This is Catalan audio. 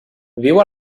viu